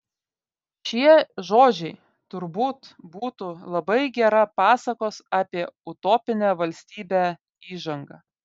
šie žodžiai turbūt būtų labai gera pasakos apie utopinę valstybę įžanga